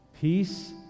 peace